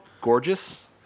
gorgeous